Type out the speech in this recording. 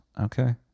Okay